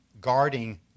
guarding